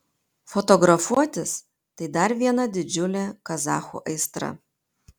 fotografuotis tai dar viena didžiulė kazachų aistra